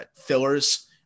fillers –